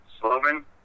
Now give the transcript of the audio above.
Sloven